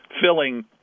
filling